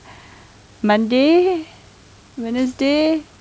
monday wednesday